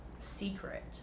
Secret